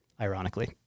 ironically